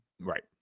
Right